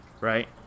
right